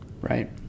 right